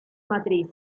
matriz